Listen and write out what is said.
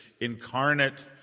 incarnate